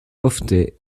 ofte